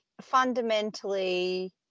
fundamentally